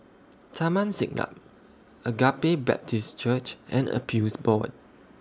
Taman Siglap Agape Baptist Church and Appeals Board